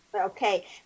Okay